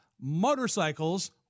motorcycles